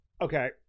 Okay